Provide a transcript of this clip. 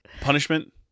Punishment